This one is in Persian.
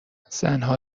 زنها